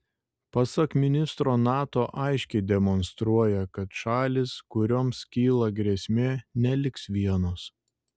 pasak ministro nato aiškiai demonstruoja kad šalys kurioms kyla grėsmės neliks vienos